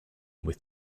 with